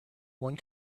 one